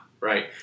right